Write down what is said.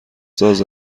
ساز